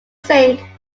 sing